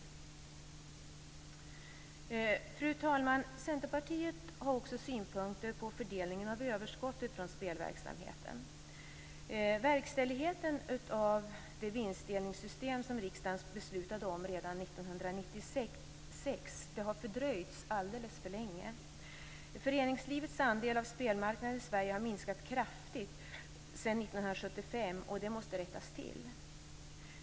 Fru talman! Centerpartiet har också synpunkter på fördelningen av överskottet från spelverksamheten. Verkställigheten av det vinstdelningssystem som riksdagen beslutade om redan 1996 har fördröjts alldeles för länge. Föreningslivets andel av spelmarknaden i Sverige har minskat kraftigt sedan 1975, och det måste rättas till.